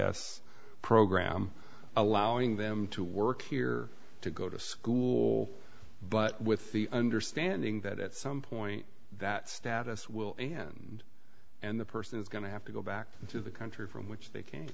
s program allowing them to work here to go to school but with the understanding that at some point that status will and and the person is going to have to go back to the country from which they ca